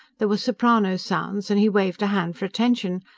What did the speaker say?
there were soprano sounds, and he waved a hand for attention.